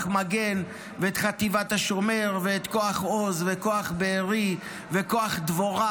מגן ואת חטיבת השומר ואת כוח עוז וכוח בארי וכוח דבורה,